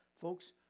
Folks